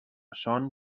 son